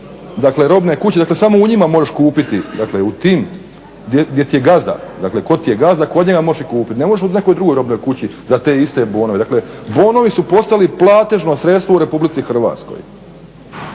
dakle, robne kuće, dakle samo u njima možeš kupiti, dakle u tim gdje ti je gazda, tko ti je gazda, kod njega možeš i kupiti. Ne možeš u nekoj drugoj robnoj kući za te iste bonove, dakle bonovi su postali platežno sredstvo u RH.